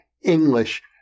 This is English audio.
English